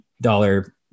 dollar